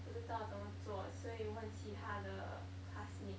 不知道怎么做所以问其他的 classmate